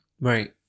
Right